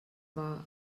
war